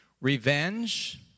revenge